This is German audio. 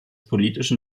politischen